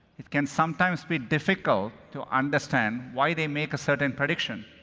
it can sometimes be difficult to understand why they make a certain prediction.